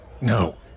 No